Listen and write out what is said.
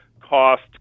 cost